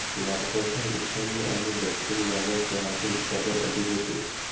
भारताच्या ईशान्य आणि दक्षिण भागात चहाचे उत्पादन अधिक होते